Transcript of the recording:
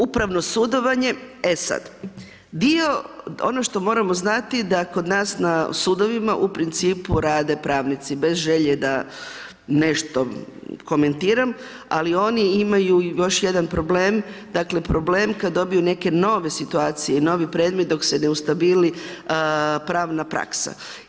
Upravno sudovanje, e sad, dio ono što moramo znati da kod nas na sudovima u principu rade pravnici bez želje da nešto komentiram, ali oni imaju i još jedan problem, problem kada dobiju neke nove situacije, novi predmet dok se ne ustabili pravna praksa.